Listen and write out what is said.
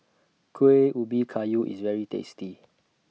Kueh Ubi Kayu IS very tasty